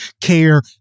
care